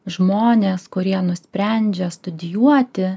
žmonės kurie nusprendžia studijuoti